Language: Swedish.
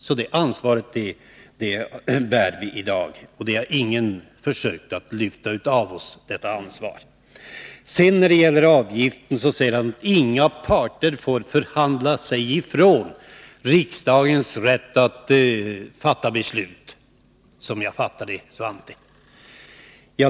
Så detta ansvar bär vi i dag, och ingen har försökt att lyfta av oss det. När det gäller avgiften säger Svante Lundkvist, som jag fattade det: Inga parter får förhandla bort riksdagens rätt att fatta beslut.